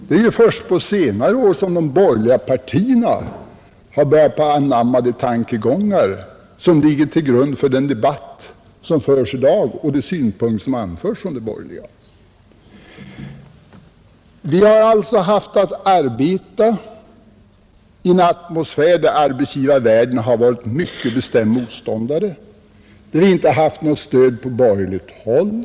Det är ju först på senare år som de borgerliga partierna har börjat anamma de tankegångar som ligger till grund för den debatt som förs i dag och de synpunkter som anförs av de borgerliga. Vi har alltså haft att arbeta i en atmosfär där arbetsgivarvärlden har varit mycket bestämd motståndare och där vi inte haft något stöd på borgerligt håll.